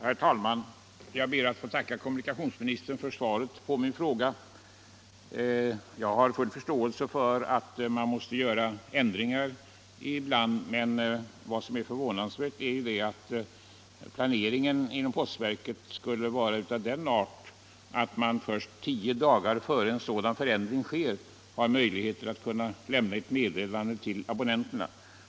Herr talman! Jag ber att få tacka kommunikationsministern för svaret på min fråga. Jag har full förståelse för att man måste göra postnummerändringar ibland, men vad som är förvånansvärt är att planeringen inom postverket skulle vara av den arten att man först tio dagar före en sådan förändrings genomförande har möjlighet att lämna meddelande om den till abonnenterna.